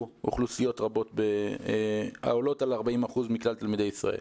אוכלוסיות רבות העולות על 40% מכלל תלמידי ישראל?